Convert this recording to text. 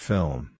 Film